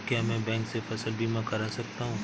क्या मैं बैंक से फसल बीमा करा सकता हूँ?